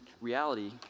reality